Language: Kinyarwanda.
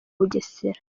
bugesera